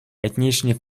етнічні